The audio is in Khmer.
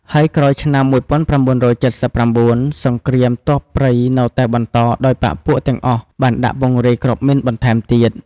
ហើយក្រោយឆ្នាំ ១៩៧៩ សង្រ្គាមទ័ពព្រៃនៅតែបន្តដោយបក្សពួកទាំងអស់បានដាក់ពង្រាយគ្រាប់មីនបន្ថែមទៀត។